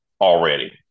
already